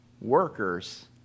workers